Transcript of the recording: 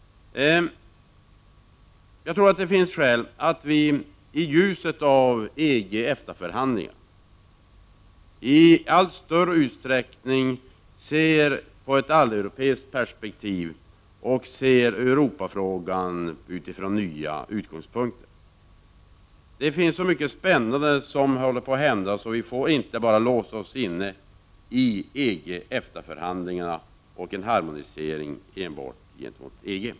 Jag tror att det finns skäl att i ljuset av EG — EFTA-förhandlingarna i allt större utsträckning se detta i ett alleuropeiskt perspektiv och att se Europafrågan utifrån nya utgångspunkter. Det är så mycket spännande som håller på att hända. Därför får vi inte bara låsa oss inne när det gäller EG-EFTA förhandlingarna och en harmonisering enbart gentemot EG.